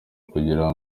kugira